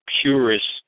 purists